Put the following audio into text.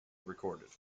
recorded